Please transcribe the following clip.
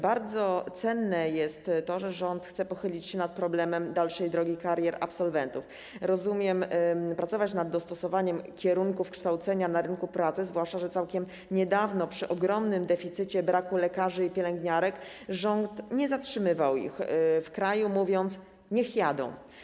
Bardzo cenne jest to, że rząd chce pochylić się nad problemem dalszej drogi i karier absolwentów, pracować, jak rozumiem, nad dostosowaniem kierunków kształcenia do potrzeb rynku pracy, zwłaszcza że całkiem niedawno przy ogromnym deficycie lekarzy i pielęgniarek rząd nie zatrzymywał ich w kraju, stwierdzając: niech jadą.